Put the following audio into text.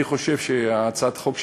אני חושב שהצעת החוק,